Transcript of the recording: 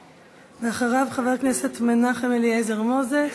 אחריו, חבר הכנסת מנחם אליעזר מוזס,